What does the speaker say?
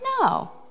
No